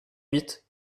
huit